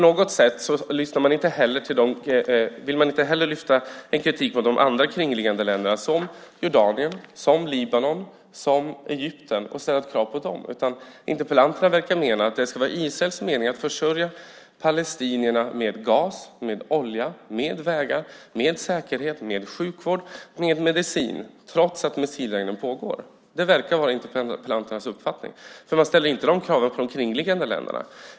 Inte heller vill man lyfta fram någon kritik mot kringliggande länder som Jordanien, Libanon och Egypten och ställa krav på dem. Interpellanterna verkar mena att Israel ska försörja palestinierna med gas, olja, vägar, säkerhet, sjukvård och medicin trots att missilregnen pågår. Det verkar vara interpellanternas uppfattning. Däremot ställer man inte sådana krav på de kringliggande länderna.